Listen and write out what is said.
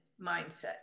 mindset